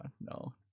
no